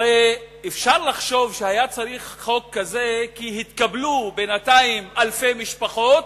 הרי אפשר לחשוב שהיה צריך חוק כזה כי התקבלו בינתיים אלפי משפחות,